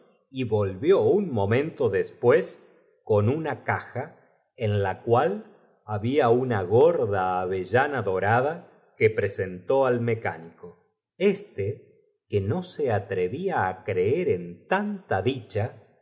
y vo lvió un momento después con u oa cnja eo la cual había una gotda ave llna dorada que presentó al mecánico este que no se atrevfa á creer on tanta dicha